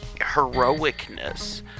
heroicness